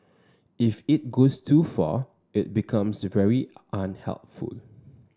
if it goes too far it becomes very unhelpful